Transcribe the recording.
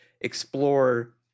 explore